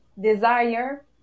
desire